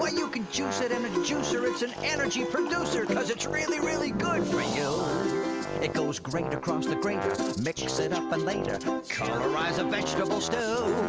but you can juice it in a juicer it's an energy producer cause it's really, really good for you it goes great across the grater mix it up for later colorize a vegetable stew